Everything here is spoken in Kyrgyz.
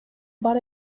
бар